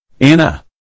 Anna